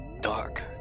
dark